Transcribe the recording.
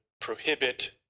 prohibit